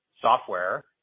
software